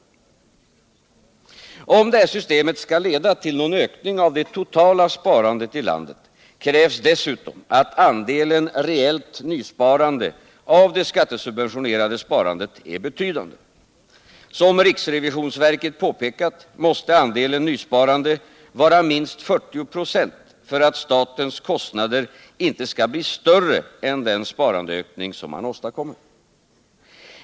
Om det här systemet skall leda till någon ökning av det totala sparandet i landet krävs dessutom att andelen reellt nysparande av det skattesubventionerade sparandet är betydande. Som riksrevisionsverket påpekat måste andelen nysparande vara minst 40 26 för att statens kostnader inte skall bli större än den sparandeökning som man åstadkommer.